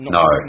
no